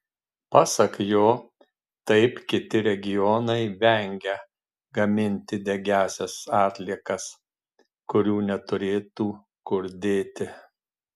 pasak jo taip kiti regionai vengia gaminti degiąsias atliekas kurių neturėtų kur dėti